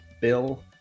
Bill